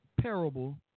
parable